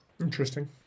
interesting